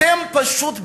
אתם פשוט בלחץ.